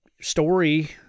story